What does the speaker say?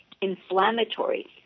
inflammatory